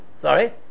Sorry